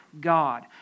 God